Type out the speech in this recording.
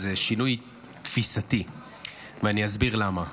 ואסביר למה.